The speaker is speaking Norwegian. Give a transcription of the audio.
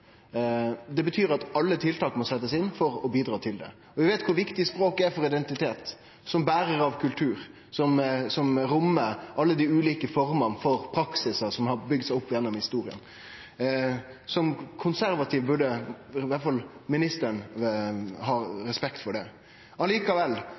det er vanskeleg å redde språket. Det betyr at alle tiltak må setjast inn for å bidra til å redde det. Vi veit kor viktig språk er for identitet – som berar av kultur, som rommar alle dei ulike formene for praksisar som har bygd seg opp gjennom historia. Som konservativ burde i alle fall ministeren ha